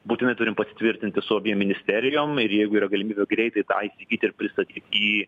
būtinai turim pasitvirtinti su abiem ministerijom ir jeigu yra galimybių greitai tą įsigyti ir pristatyti į